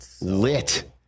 lit